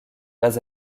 pas